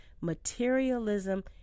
materialism